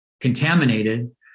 contaminated